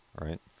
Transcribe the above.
right